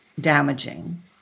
damaging